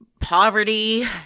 poverty